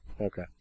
Okay